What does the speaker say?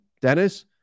Dennis